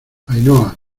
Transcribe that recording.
ainhoa